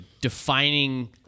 defining